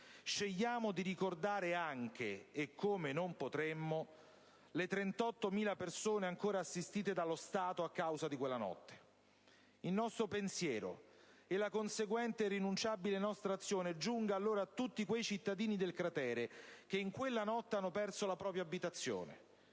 Scegliamo di ricordare anche - e come potremmo non farlo - le 38.000 persone ancora assistite dallo Stato a causa di quella notte. Il nostro pensiero e la conseguente irrinunciabile nostra azione giunga allora a tutti quei cittadini del cratere che in quella notte hanno perso la propria abitazione,